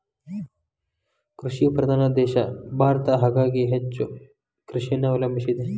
ಕೃಷಿ ಪ್ರಧಾನ ದೇಶ ಭಾರತ ಹಾಗಾಗಿ ಹೆಚ್ಚ ಕೃಷಿಯನ್ನೆ ಅವಲಂಬಿಸಿದೆ